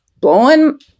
blowing